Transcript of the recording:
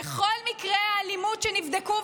בכל מקרי האלימות שנבדקו,